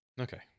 Okay